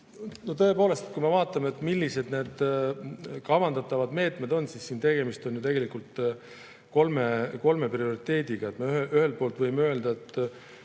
Tõepoolest, kui me vaatame, millised need kavandatavad meetmed on, siis [näeme, et] tegemist on tegelikult kolme prioriteediga. Ühelt poolt võime öelda, et